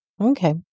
Okay